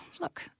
look